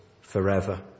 forever